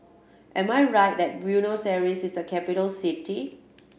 am I right that Buenos Aires is a capital city